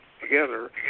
together